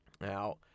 Now